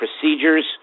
procedures